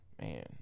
man